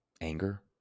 anger